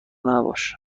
نباش